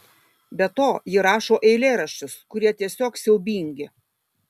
be to ji rašo eilėraščius kurie tiesiog siaubingi